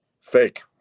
Fake